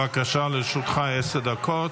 בבקשה, לרשותך עשר דקות.